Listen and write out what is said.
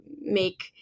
make